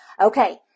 Okay